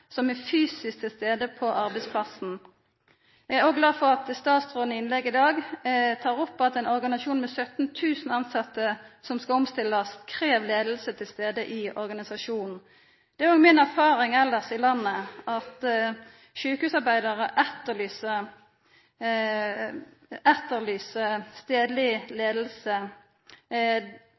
leiar som fysisk er til stades på arbeidsplassen. Eg er òg glad for at statsråden i innlegget i dag tek opp at ein organisasjon med 17 000 tilsette som skal omstillast, krev at leiinga er til stades i organisasjonen. Det er òg mi erfaring elles i landet at sjukehusarbeidarar etterlyser